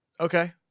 Okay